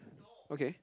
okay